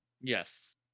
Yes